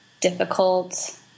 difficult